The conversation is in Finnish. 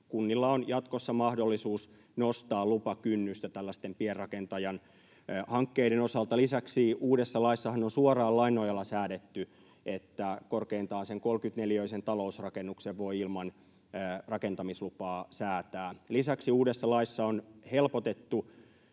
kunnilla on jatkossa mahdollisuus nostaa lupakynnystä tällaisten pienrakentajan hankkeiden osalta. Lisäksi uudessa laissahan on suoraan lain nojalla säädetty, että korkeintaan sen 30-neliöisen talousrakennuksen voi ilman rakentamislupaa rakentaa. Lisäksi uudessa laissa on helpotettu